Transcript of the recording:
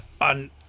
on